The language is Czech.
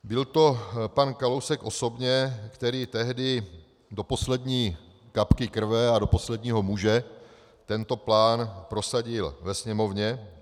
Byl to pan Kalousek osobně, který tehdy do poslední kapky krve a do posledního muže tento plán prosadil ve Sněmovně.